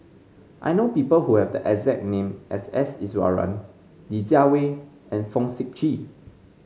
I know people who have the exact name as S Iswaran Li Jiawei and Fong Sip Chee